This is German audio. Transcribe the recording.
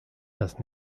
das